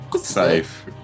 safe